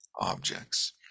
objects